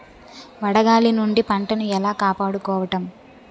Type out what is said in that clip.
వడగాలి నుండి పంటను ఏలా కాపాడుకోవడం?